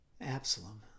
Absalom